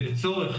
בצורך